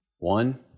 One